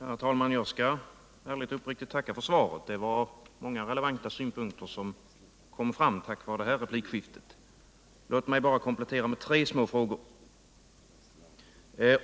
Herr talman! Jag skall ärligt och uppriktigt tacka för svaret. Det var många relevanta synpunkter som kom fram tack vare det här replikskiftet. Låt mig bara komplettera dem med tre frågor!